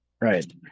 Right